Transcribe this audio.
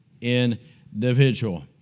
individual